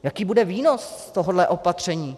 Jaký bude výnos tohoto opatření?